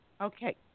Okay